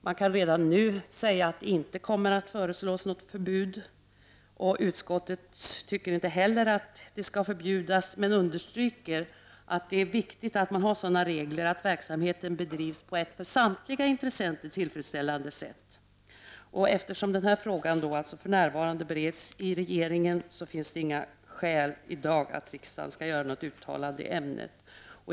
Man kan redan nu säga att det inte kommer att föreslås något förbud. Inte heller utskottet tycker att franchising skall förbjudas, men understryker att det är viktigt att reglerna är sådana att verksamheten bedrivs på ett för samtliga intressenter tillfredsställande sätt. Eftersom frågan för närvarande bereds i regeringen finns det i dag inget skäl till att riksdagen skulle göra något uttalande i ämnet.